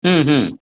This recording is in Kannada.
ಹ್ಞೂ ಹ್ಞೂ